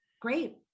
Great